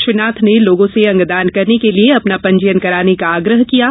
श्री नाथ ने लोगों से अंगदान करने के लिए अपना पंजीयन कराने का आग्रह किया है